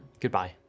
goodbye